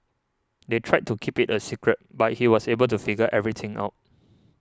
they tried to keep it a secret but he was able to figure everything out